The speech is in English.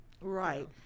right